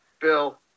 Bill